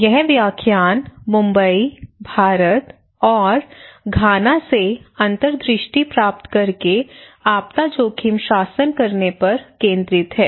यह व्याख्यान मुंबई भारत और घाना से अंतर्दृष्टि प्राप्त करके आपदा जोखिम शासन करने पर केंद्रित है